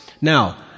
Now